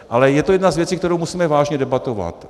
Ale je to jedna z věcí, kterou musíme vážně debatovat.